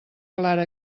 clara